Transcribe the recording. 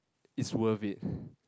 is worth it